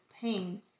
pain